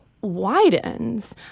widens